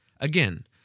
Again